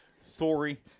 Sorry